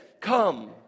come